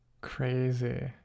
crazy